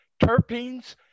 terpenes